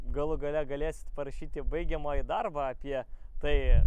galų gale galėsit parašyti baigiamąjį darbą apie tai